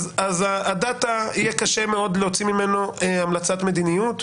אז יהיה קשה מאוד להוציא המלצת מדיניות.